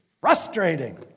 frustrating